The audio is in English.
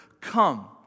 Come